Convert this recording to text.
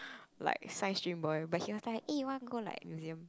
like science stream boy but he was like eh wanna go like museum